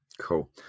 Cool